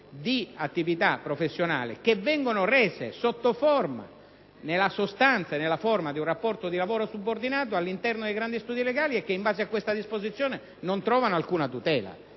di attività professionale che vengono rese nella sostanza e nella forma di un rapporto di lavoro subordinato all'interno dei grandi studi legali e che, in base a tale disposizione, non trovano alcuna tutela.